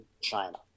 China